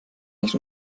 nicht